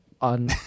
on